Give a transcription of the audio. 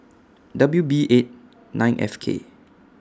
W B eight nine F K